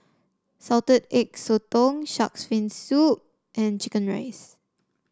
Salted Egg Sotong shark's fin soup and chicken rice